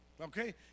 okay